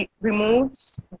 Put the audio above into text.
removes